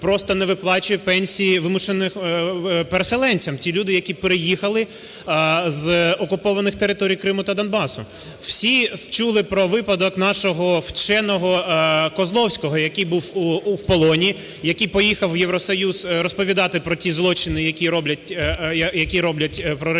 просто не виплачує пенсії вимушеним переселенцям, ті люди, які переїхали з окупованих територій Криму та Донбасу? Всі чули про випадок нашого вченого Козловського, який був у полоні, який поїхав у Євросоюз розповідати про ті злочини, які роблять проросійські